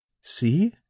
See